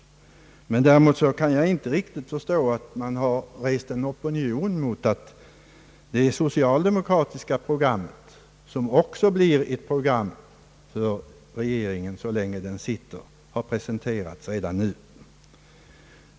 Däremot kan jag inte förstå att man rest en opinion mot att det socialdemokratiska programmet, som också blir ett program för regeringen så länge den sitter, har presenterats redan nu.